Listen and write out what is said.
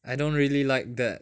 I don't really like that